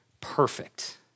perfect